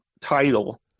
Title